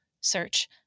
Search